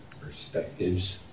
perspectives